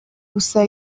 gusa